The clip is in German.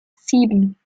sieben